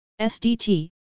SDT